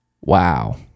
Wow